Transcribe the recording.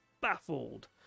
baffled